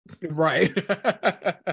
right